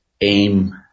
AIM